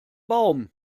baum